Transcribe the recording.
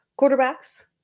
Quarterbacks